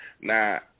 Now